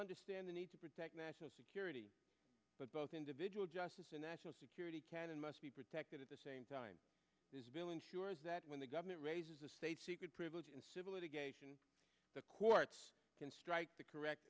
understand the need to protect national security but both individual justice and national security can and must be protected at the same time ensures that when the government raises a state secret privilege in civil litigation the courts can strike the correct